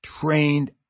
trained